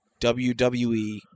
WWE